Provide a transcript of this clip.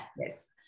Yes